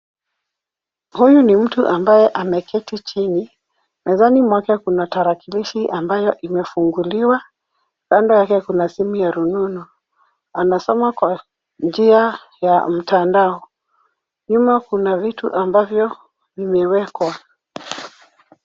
Huyu ni mtu ambaye ameketi chini. Mezani mwake kuna tarakilishi ambayo imefunguliwa. Kando yake kuna simu ya rununu. Anasoma kwa njia ya mtandao. Nyuma kuna vitu ambavyo vimewekwa.